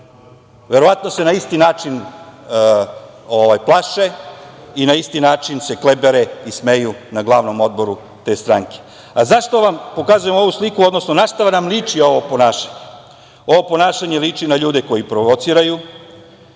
verovatno se na isti način plaše i na isti način se klibere i smeju na glavnom odboru te stranke.Zašto vam pokazujem ovu sliku, odnosno na šta nam liči ovo ponašanje? Ovo ponašanje liči na ljude koji provociraju,